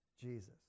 Jesus